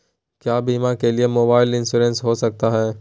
क्या बीमा के लिए मोबाइल इंश्योरेंस हो सकता है?